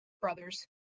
brothers